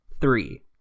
three